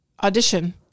Audition